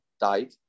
died